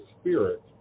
spirit